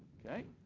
okay?